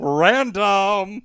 random